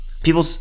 People